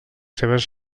seves